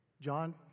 John